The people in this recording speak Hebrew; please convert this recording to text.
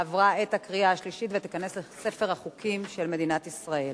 עברה בקריאה שלישית ותיכנס לספר החוקים של מדינת ישראל.